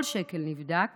כל שקל, נבדק